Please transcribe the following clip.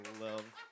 love